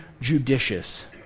judicious